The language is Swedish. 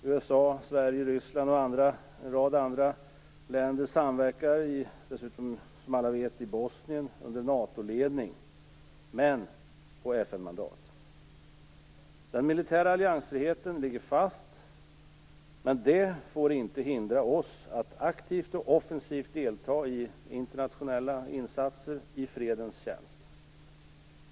USA, Sverige, Ryssland och en rad andra länder samverkar dessutom i Bosnien under NATO-ledning - dock med Den militära alliansfriheten ligger fast, men det får inte hindra oss från att aktivt och offensivt delta i internationella insatser i fredens tjänst.